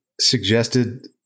suggested